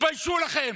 תתביישו לכם.